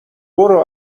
برو